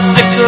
Sick